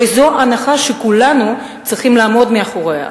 וזו הנחה שכולנו צריכים לעמוד מאחוריה.